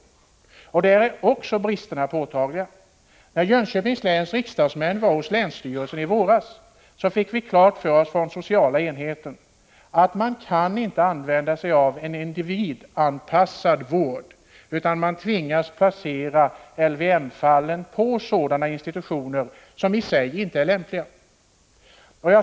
Även där är bristerna påtagliga. När Jönköpings läns riksdagsmän var hos länsstyrelsen i våras fick vi från den sociala enheten klart för oss att man inte kan använda sig av en individanpassad vård, utan man tvingas placera LVM-fallen på sådana institutioner som i sig inte är lämpliga.